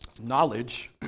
Knowledge